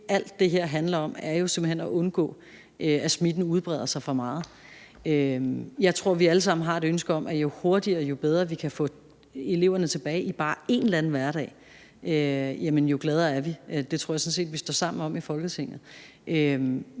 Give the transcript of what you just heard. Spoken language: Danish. alt det her handler om, jo simpelt hen er at undgå, at smitten udbreder sig for meget. Jeg tror, at vi alle sammen har det sådan, at jo hurtigere og jo bedre vi kan få eleverne tilbage i bare en eller anden hverdag, jo gladere er vi. Det tror jeg sådan set vi står sammen om i Folketinget.